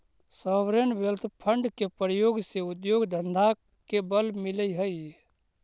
sovereign wealth fund के प्रयोग से उद्योग धंधा के बल मिलऽ हई